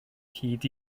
hyd